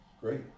Great